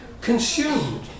consumed